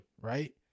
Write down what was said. right